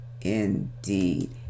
indeed